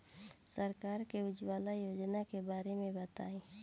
सरकार के उज्जवला योजना के बारे में बताईं?